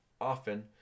often